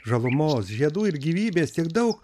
žalumos žiedų ir gyvybės tiek daug